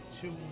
two